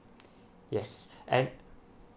yes and